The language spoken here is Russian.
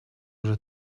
уже